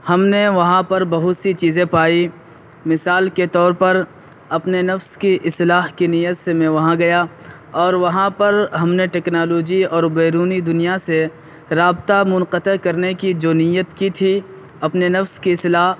ہم نے وہاں پر بہت سی چیزیں پائی مثال کے طور پر اپنے نفس کی اصلاح کی نیت سے میں وہاں گیا اور وہاں پر ہم نے ٹیکنالوجی اور بیرونی دنیا سے رابطہ منقطع کرنے کی جو نیت کی تھی اپنے نفس کی اصلاح